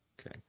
Okay